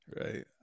Right